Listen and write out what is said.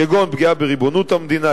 כגון פגיעה בריבונות המדינה,